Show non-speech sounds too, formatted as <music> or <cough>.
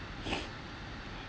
<breath>